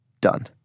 done